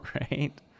right